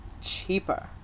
cheaper